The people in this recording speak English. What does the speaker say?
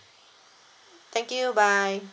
thank you bye